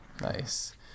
Nice